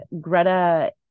Greta